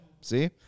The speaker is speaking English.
see